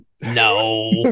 No